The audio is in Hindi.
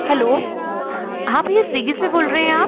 हलो हाँ भईया स्विगी से बोल रहे हैं आप